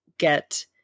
get